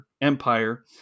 Empire